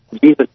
Jesus